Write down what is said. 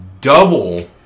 double